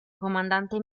comandante